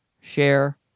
share